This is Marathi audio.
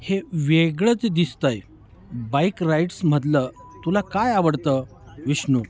हे वेगळंच दिसतं आहे बाइक राइड्समधलं तुला काय आवडतं विष्णू